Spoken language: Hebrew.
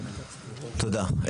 תודה.